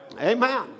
Amen